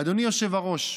אדוני היושב-ראש,